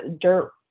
dirt